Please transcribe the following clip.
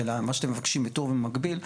מה שאתם מבקשים בטור ומקביל,